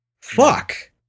Fuck